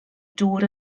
dŵr